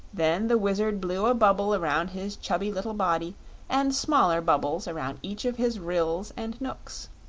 then the wizard blew a bubble around his chubby little body and smaller bubbles around each of his ryls and knooks.